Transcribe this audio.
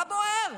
מה בוער?